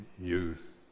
youth